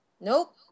Nope